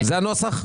זה הנוסח?